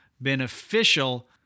beneficial